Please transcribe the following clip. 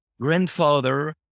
grandfather